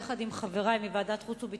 יחד עם חברי מוועדת החוץ והביטחון,